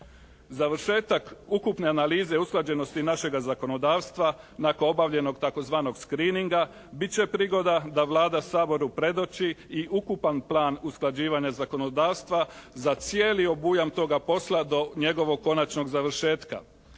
Završetak ukupne analize usklađenosti našega zakonodavstva nakon obavljenog tzv. «screeninga» bit će prigoda da Vlada Saboru predoči i ukupan plan usklađivanja zakonodavstva za cijeli obujam toga posla do njegovog konačnog završetka.